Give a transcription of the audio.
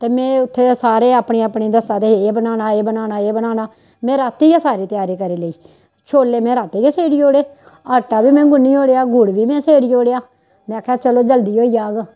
ते में उ'त्थें सारे अपनी अपनी दस्सा दे एह् बनाना एह् बनाना एह् बनाना में रातीं गै सारी त्यारी करी लेई छोल्ले में रातीं गै सेड़ी ओड़े आटा बी में गुन्नी ओड़ेआ गुड़ बी में सेड़ी ओड़ेआ में आखेआ चलो जल्दी होई जाह्ग